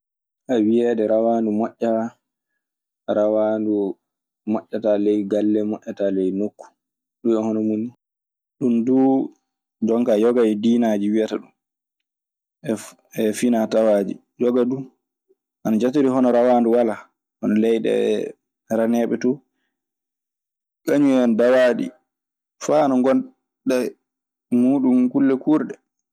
wiyeede rawaandu moƴƴaa, rawaandu moƴƴataa ley galle. moƴƴataa ley nokku ɗum e hono mum ni. Ɗun duu jonkaa yoga e diinaaji wiyata ɗun e finaa tawaaji. Yoga du ana jatirii hono rawaandu walaa, hono leyɗe raneeɓe too. Kañun en dawaaji faa ana ngonda e muuɗun kulle kuurɗe.